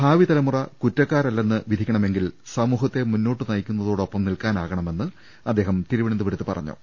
ഭാവി തലമുറ കുറ്റക്കാരല്ലെന്ന് വിധിക്കണമെങ്കിൽ സമൂഹത്തെ മുന്നോട്ട് നയിക്കുന്നതോടൊപ്പം നിൽക്കാനാകണമെന്ന് അദ്ദേഹം തിരുവന ന്തപുരത്ത് പറഞ്ഞു